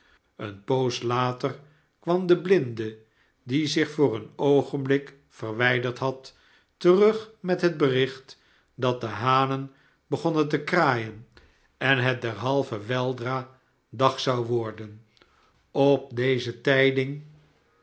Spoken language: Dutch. eene poos later kwam de blinde die zich voor een oogenblik verwijderd had terug met het bericht dat de hanen begonnen te kraaien en het derhalve weldra dag zou worden op deze tijding